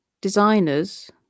designers